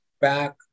back